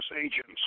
agents